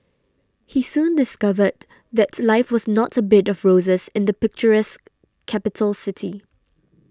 he soon discovered that life was not a bed of roses in the picturesque capital city